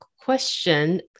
question